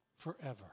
Forever